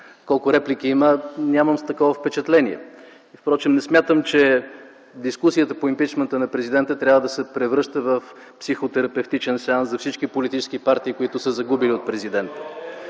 колко реплики има, нямам такова впечатление. Впрочем, не смятам, че дискусията по импийчмънта на президента трябва да се превръща в психо-терапевтичен сеанс за всички политически партии, които са загубили от президента.